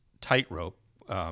tightrope